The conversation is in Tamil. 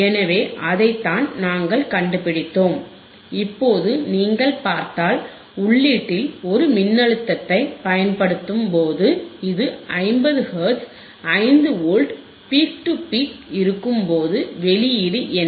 எனவே அதைத்தான் நாங்கள் கண்டுபிடித்தோம் இப்போது நீங்கள் பார்த்தால் உள்ளீட்டில் ஒரு மின்னழுத்தத்தைப் பயன்படுத்தும்போது இது50 hertz 5 volts peak to peak இருக்கும் போது வெளியீடு என்ன